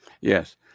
Yes